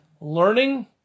learning